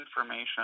information